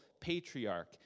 patriarch